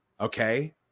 Okay